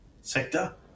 sector